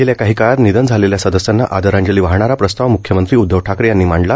गेल्या काही काळात निधन झालेल्या सदस्यांना आदरांजली वाहणारा प्रस्ताव मुख्यमंत्री उद्धव ठाकरे यांनी मांडला